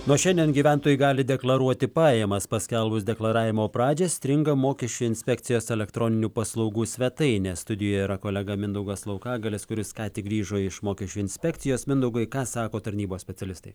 nuo šiandien gyventojai gali deklaruoti pajamas paskelbus deklaravimo pradžią stringa mokesčių inspekcijos elektroninių paslaugų svetainė studijoje yra kolega mindaugas laukagalis kuris ką tik grįžo iš mokesčių inspekcijos mindaugai ką sako tarnybos specialistai